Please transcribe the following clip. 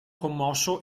commosso